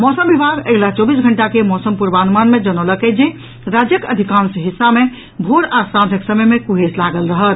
मौसम विभाग अगिला चौबीस घंटा के मौसम पूर्वानुमान मे जनौलक अछि जे राज्यक अधिकांश हिस्सा मे भोर आ सांझक समय मे कुहेस लागल रहत